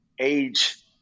age